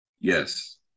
Yes